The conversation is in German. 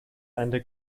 eine